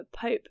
Pope